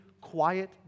quiet